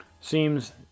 seems